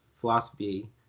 philosophy